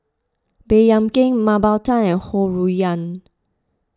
Baey Yam Keng Mah Bow Tan and Ho Rui An